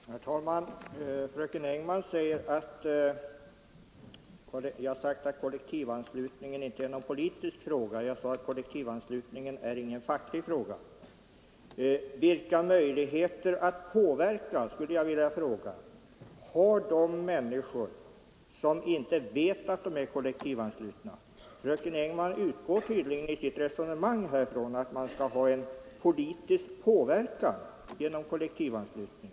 Herr talman! Fröken Engman påstår att jag har sagt att kollektivanslutning inte är någon politisk fråga. Men jag sade att kollektivanslutningen inte är någon facklig fråga. Vilka möjligheter att påverka, skulle jag vilja fråga, har de människor som inte vet att de är kollektivanslutna? Fröken Engman utgår i sitt resonemang från att man kan utöva en politisk påverkan genom kollektivanslutning.